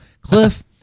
Cliff